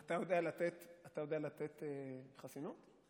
אתה יודע לתת חסינות?